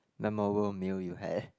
memorable meal you had